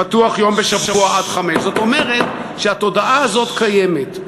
פתוח יום בשבוע עד 17:00. זאת אומרת שהתודעה הזאת קיימת.